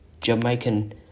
Jamaican